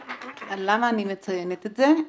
למה אני מציינת את זה?